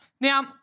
Now